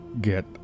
get